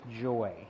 joy